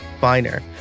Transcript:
finer